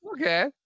Okay